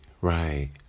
right